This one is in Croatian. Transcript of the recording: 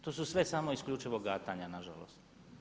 To su sve samo isključivo gatanja nažalost.